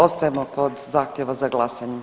Ostajemo kod zahtjeva za glasanjem.